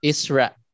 Israel